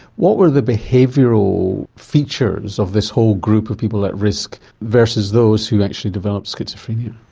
what were the behavioural features of this whole group of people at risk versus those who actually developed schizophrenia?